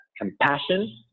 compassion